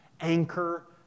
anchor